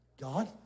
God